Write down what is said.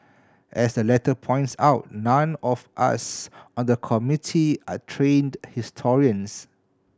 as the letter points out none of us on the Committee are trained historians